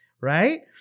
Right